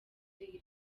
reka